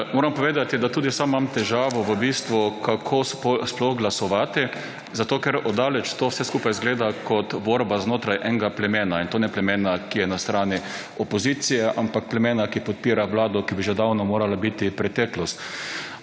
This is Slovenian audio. Moram povedati, da tudi sam imam težavo, v bistvu, kako sploh glasovati, zato, ker od daleč to vse skupaj zgleda kot borba znotraj enega plemena in to ne plemena, ki je na strani opozicije, ampak plemena, ki podpira Vlado, ki bi že davno morala biti preteklost.